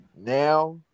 now